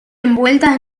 envueltas